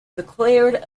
declared